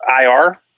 IR